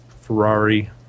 Ferrari